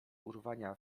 urwania